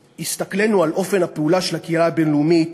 בהסתכלנו על אופן הפעולה של הקהילה הבין-לאומית